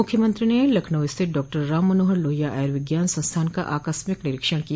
मुख्यमंत्री ने लखनऊ स्थित डॉक्टर राम मनोहर लोहिया आयूर्विज्ञान संस्थान का आकस्मिक निरीक्षण किया